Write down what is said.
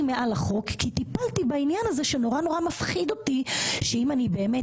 אני מעל החוק כי טיפלתי בעניין הזה שנורא נורא מפחיד אותי שאם אני באמת